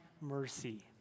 mercy